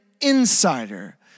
insider